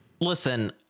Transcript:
listen